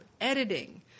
editing